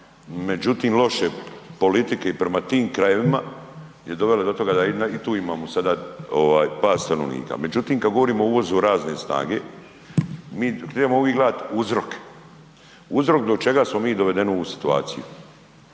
Međutim loše politike i prema tim krajevima je dovela do toga da i tu imamo sad pad stanovnika. Međutim, kad govorimo o uvozu radne snage, mi trebamo uvijek gledati uzrok. Uzrok do čega smo mi dovedeni u ovu situaciju.